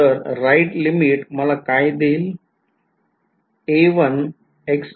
तर right limit मला काय देईल